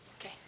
Okay